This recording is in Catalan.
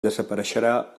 desapareixerà